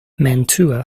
mantua